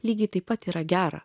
lygiai taip pat yra gera